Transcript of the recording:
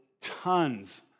tons